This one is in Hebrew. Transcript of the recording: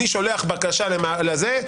אני שולח בקשה לזה,